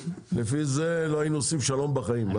לפי זה לא היינו עושים הסכם שלום בחיים.